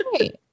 right